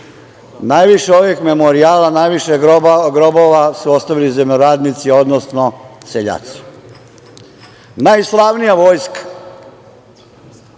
ovih memorijala, najviše grobova su ostavili zemljoradnici, odnosno seljaci. Najslavnija vojska